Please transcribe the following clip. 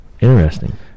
Interesting